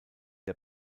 der